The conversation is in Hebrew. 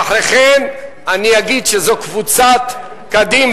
ואחרי כן אני אגיד שזו קבוצת קדימה.